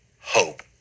hope